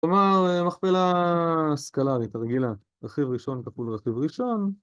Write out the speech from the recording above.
כלומר, מכפלה סקלרית, הרגילה, רכיב ראשון כפול רכיב ראשון